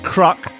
Cruck